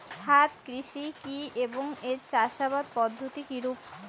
ছাদ কৃষি কী এবং এর চাষাবাদ পদ্ধতি কিরূপ?